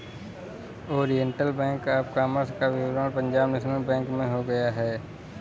Oriental Bank of Commerce का विलय Punjab National Bank में हो गया है